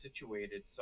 situated